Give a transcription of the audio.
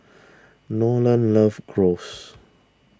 Nolan loves Gyros